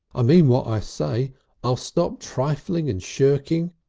i mean what i say i'll stop trifling and shirking.